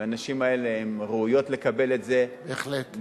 והנשים האלה הן ראויות לקבל את זה, בהחלט.